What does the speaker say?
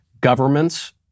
Governments